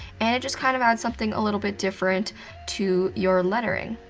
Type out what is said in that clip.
and it just kind of adds something a little bit different to your lettering.